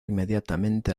inmediatamente